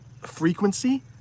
frequency